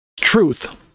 truth